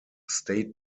state